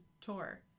tour